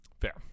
fair